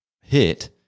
hit